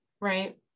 Right